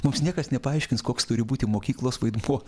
mums niekas nepaaiškins koks turi būti mokyklos vaidmuo